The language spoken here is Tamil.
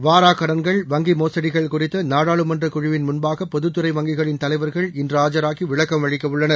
வாராக் கடன்கள் வங்கி மோசடிகள் குறித்து நாடாளுமன்ற குழுவின் முன்பாக பொதுத்துறை வங்கிகளின் தலைவர்கள் இன்று ஆஜராகி விளக்கம் அளிக்கவுள்ளனர்